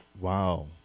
Wow